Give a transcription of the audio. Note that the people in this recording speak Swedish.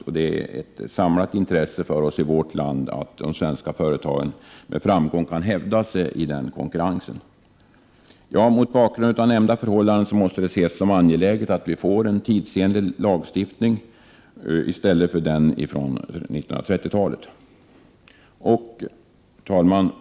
Det är därför ett gemensamt intresse för oss i vårt land att svenska företag med framgång kan hävda sig i den internationella konkurrensen. Mot bakgrund av nämnda förhållanden måste det anses vara angeläget att en tidsenlig lagstiftning ersätter den lagstiftning som kom till på 1930-talet. Fru talman!